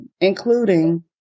including